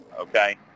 Okay